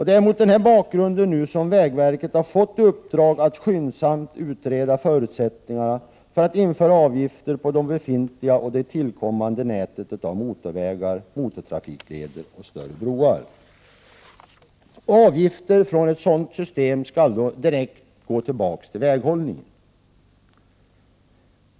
Det är mot den bakgrunden vägverket nu har fått i uppdrag att skyndsamt utreda förutsättningarna för att införa avgifter på det befintliga och det tillkommande nätet av motorvägar, motortrafikleder och större broar. Avgifter från ett sådant system skulle då gå direkt tillbaka till väghållningen.